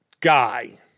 guy